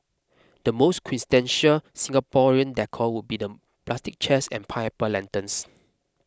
the most quintessential Singaporean decor would be the plastic chairs and pineapple lanterns